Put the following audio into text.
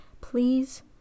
please